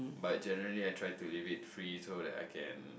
but generally I try to leave it free so that I can